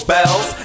Bells